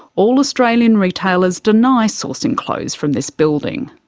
all australian retailers deny sourcing clothes from this building.